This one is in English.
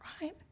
right